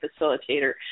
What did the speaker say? facilitator